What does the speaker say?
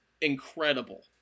incredible